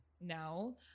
now